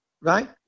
right